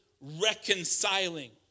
reconciling